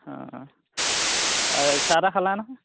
অ তাই চাহ টাহ খালা নহয়